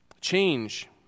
change